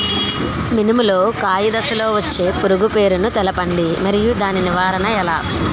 మినుము లో కాయ దశలో వచ్చే పురుగు పేరును తెలపండి? మరియు దాని నివారణ ఎలా?